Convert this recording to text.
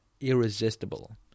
Irresistible